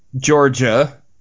Georgia